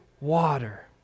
water